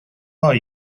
are